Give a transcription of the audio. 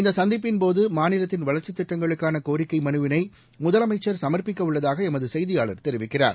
இந்தசந்திப்பின்போதுமாநிலத்தின் வளர்ச்சித் திட்டங்களுக்கானகோரிக்கைமனுவினைமுதலமைச்சர் சமர்ப்பிக்கஉள்ளதாகஎமதுசெய்தியாளர் தெரிவிக்கிறார்